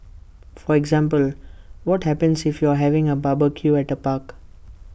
for example what happens if you're having A barbecue at A park